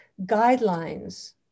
guidelines